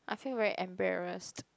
I feel very embarrassed